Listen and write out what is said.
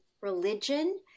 religion